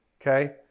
okay